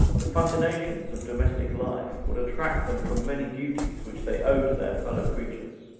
the fascinations of domestic life would attract them from many duties which they owe to their fellow creatures.